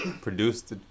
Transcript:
produced